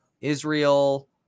Israel